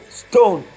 stone